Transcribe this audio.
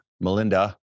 Melinda